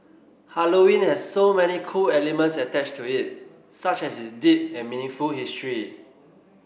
Halloween has so many cool elements attached to it such as its deep and meaningful history